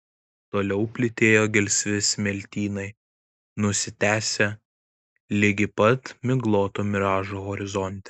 toliau plytėjo gelsvi smiltynai nusitęsę ligi pat migloto miražo horizonte